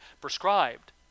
prescribed